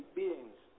beings